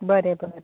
बरें बरें